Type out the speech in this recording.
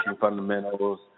fundamentals